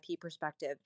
perspective